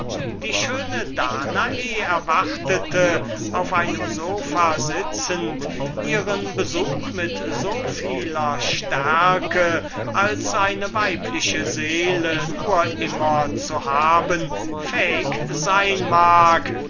die schöne danae erwartete auf ihrem sopha sitzend den besuch den sie bekommen sollte mit so vieler stärke als eine weibliche seele nur immer zu haben fähig sein mag